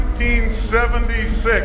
1976